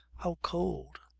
how cold,